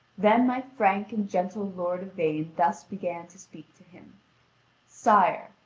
then my frank and gentle lord yvain thus began to speak to him sire,